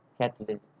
Catalyst